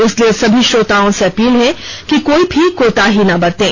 इसलिए सभी श्रोताओं से अपील है कि कोई भी कोताही ना बरतें